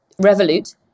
Revolut